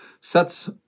sets